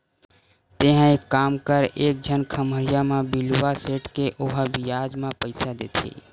तेंहा एक काम कर एक झन खम्हरिया म बिलवा सेठ हे ओहा बियाज म पइसा देथे